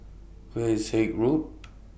Where IS Haig Road